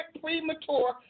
premature